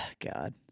God